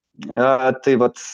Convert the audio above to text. a tai vat